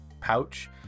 pouch